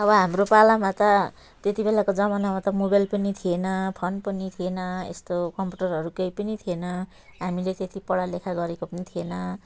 अब हाम्रो पालामा त त्यति बेलाको जमानामा त मोबाइल पनि थिएन फोन पनि थिएन यस्तो कम्प्युटरहरू केही पनि थिएन हामीले त्यति पढालेखा गरेको पनि थिएन